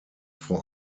vor